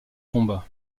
combat